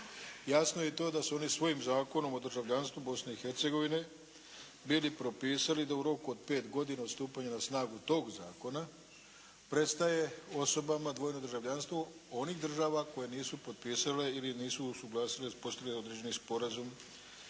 Jasno je i to da su oni svojim Zakonom o državljanstvu Bosne i Hercegovine bili propisali da u roku od pet godina od stupanja na snagu tog zakona prestaje osobama dvojno državljanstvo onih država koje nisu potpisale ili nisu usuglasile, uspostavile određeni sporazum